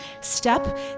step